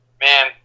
man